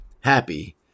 happy